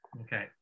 Okay